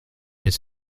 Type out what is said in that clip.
his